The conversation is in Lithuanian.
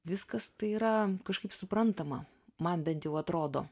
viskas tai yra kažkaip suprantama man bent jau atrodo